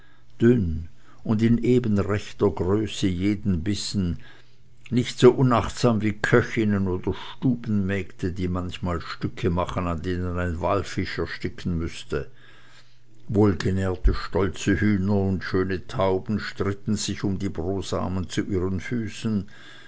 dünn und in eben rechter größe jeden bissen nicht so unachtsam wie köchinnen oder stubenmägde die manchmal stücke machen an denen ein walfisch ersticken müßte wohlgenährte stolze hühner und schöne tauben stritten sich um die brosamen zu ihren füßen